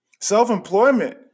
Self-employment